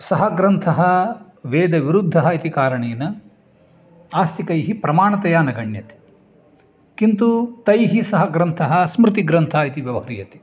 सः ग्रन्थः वेदविरुद्धः इति कारणेन आस्तिकैः प्रमाणतया न गण्यते किन्तु तैः सह ग्रन्थः स्मृतिग्रन्थः इति व्यवह्रियते